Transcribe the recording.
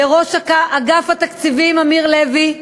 לראש אגף התקציבים אמיר לוי,